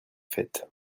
faites